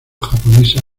japonesa